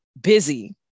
busy